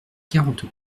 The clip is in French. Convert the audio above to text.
quarante